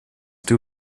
too